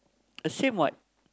the same what